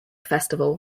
festival